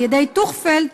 על-ידי טוכפלד,